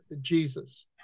Jesus